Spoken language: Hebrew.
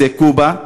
זה קובה,